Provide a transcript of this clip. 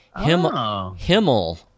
Himmel